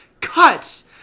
Cuts